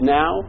now